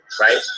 right